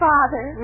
Father